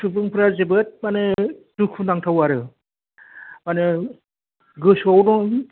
सुबुंफ्रा जोबोद माने दुखुनांथाव आरो माने गोसोआव दं